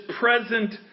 present